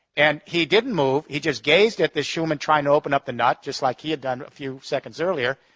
and he didn't move, he just gazed at this human trying to open up the nut just like he had done a few seconds earlier,